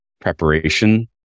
preparation